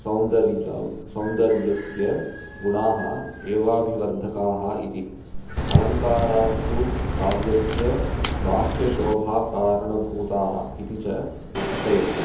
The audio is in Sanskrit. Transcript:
सौन्दर्य सौन्दर्यस्य गुणाः एवाभिवर्धकाः इति अलङ्कारास्तु काव्यस्य बाह्यशोभाकारणभूताः इति च अकथयत्